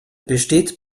besteht